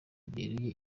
byeruye